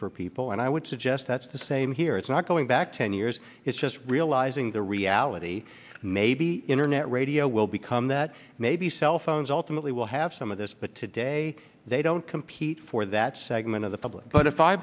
for people and i would suggest that's the same here it's not going back ten years it's just realizing the reality maybe internet radio will become that maybe cellphones ultimately will have some of this but today they don't compete for that segment of the public but if i